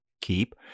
keep